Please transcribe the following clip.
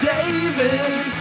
David